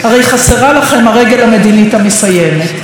הרי חסרה לכם הרגל המדינית המסיימת.